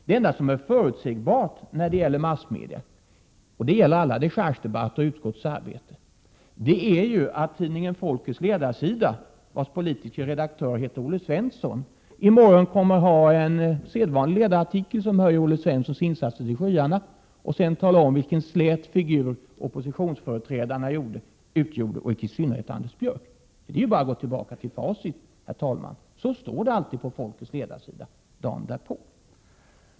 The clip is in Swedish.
Det enda som är förutsägbart när det gäller massmedia — och det gäller alla dechargedebatter och allt utskottsarbete — är ju att tidningen Folkets ledarsida, vars politiske redaktör heter Olle Svensson, i morgon kommer att ha en sedvanlig ledarartikel, som höjer Olle Svenssons insatser till skyarna samtidigt som det framhålls vilka släta figurer oppositionsföreträdarna gjorde, i synnerhet Anders Björck. Det är ju bara att gå tillbaka till facit, herr talman. Så står det alltid på Folkets ledarsida dagen därpå.